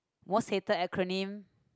worst hated acronym